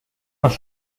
más